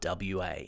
WA